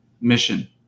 mission